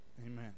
Amen